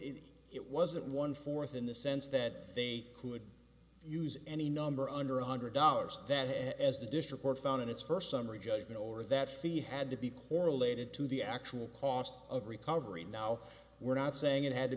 it wasn't one fourth in the sense that they could use any number under one hundred dollars that as the district court found in its first summary judgment or that's the had to be correlated to the actual cost of recovery now we're not saying it had t